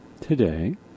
today